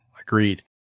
Agreed